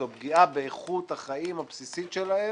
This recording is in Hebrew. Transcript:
זו פגיעה באיכות החיים הבסיסית שלהם.